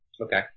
Okay